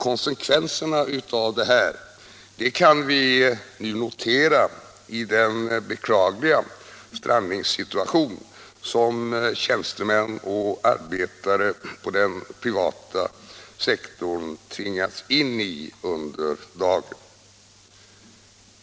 Konsekvenserna av detta kan vi nu notera i den beklagliga strandningssituation som tjänstemän och arbetare på den privata sektorn tvingats in i under dagen.